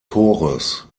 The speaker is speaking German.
chores